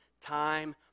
time